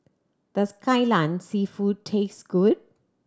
does Kai Lan Seafood taste good